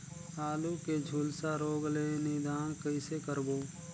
आलू के झुलसा रोग ले निदान कइसे करबो?